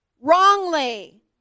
wrongly